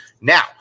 Now